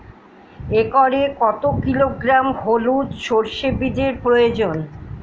একরে কত কিলোগ্রাম হলুদ সরষে বীজের প্রয়োজন?